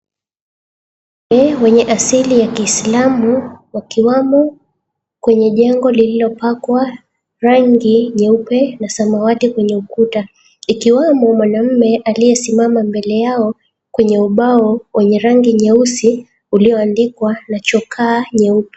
Mwanaume mwenye asili ya kiislamu wakiwamo kwenye jengo lilopakwa rangi nyeupe na samawati kwenye ukuta. Ikiwamo mwanaume aliyesimama mbele yao kwenye ubao wenye rangi nyeusi ulioandikwa na chokaa nyeupe.